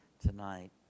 tonight